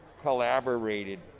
collaborated